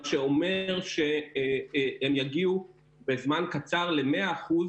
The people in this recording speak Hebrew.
מה שאומר שהם יגיעו בזמן קצר ל-100%